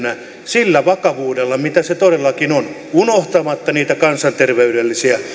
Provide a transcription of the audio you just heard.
sillä vakavuudella mitä se todellakin on unohtamatta niitä kansanterveydellisiä